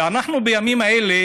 ואנחנו בימים אלה